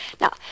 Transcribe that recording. Now